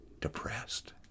depressed